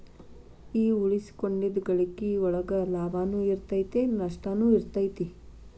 ಈ ಉಳಿಸಿಕೊಂಡಿದ್ದ್ ಗಳಿಕಿ ಒಳಗ ಲಾಭನೂ ಇರತೈತಿ ನಸ್ಟನು ಇರತೈತಿ